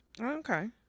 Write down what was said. Okay